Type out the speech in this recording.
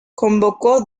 convocó